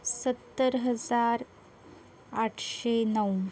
सत्तर हजार आठशे नऊ